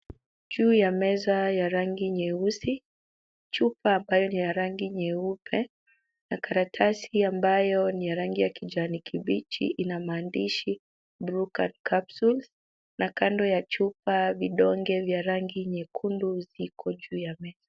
Juu ya meza ya rangi nyeusi, chupa ambayo ni ya rangi nyeupe na karatasi ambayo ni ya rangi ya kijani kibichi ina maandishi prucan capsules na kando ya chupa vidonge vya rangi nyekundu ziko juu ya meza.